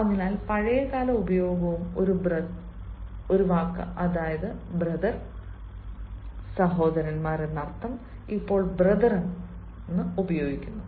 അതിനാൽ പഴയകാല ഉപയോഗവും ഒരു ബ്രദർ ആണ് സഹോദരന്മാരേ ഇപ്പോൾ ബ്രെത്റൻ ഉപയോഗിക്കുന്നു